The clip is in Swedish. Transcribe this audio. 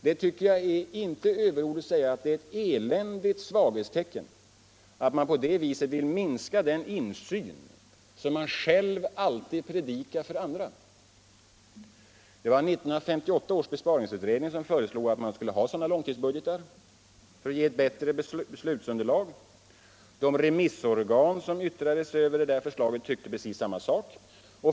Jag tycker inte att det är överord att säga att det är ett eländigt svaghetstecken att man på detta sätt vill minska den insyn som man själv alltid predikar för andra. Det var 1958 års besparingsutredning som föreslog att man skulle ha sådana långtidsbudgetar för att ge ett bättre beslutsunderlag. De remissorgan som yttrade sig över detta förslag tyckte precis samma sak.